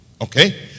Okay